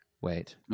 wait